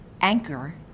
Anchor